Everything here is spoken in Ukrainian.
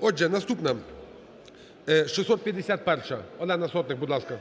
Отже, наступна – 651-а. Олена Сотник, будь ласка.